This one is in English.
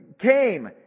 came